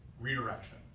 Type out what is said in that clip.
redirection